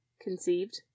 conceived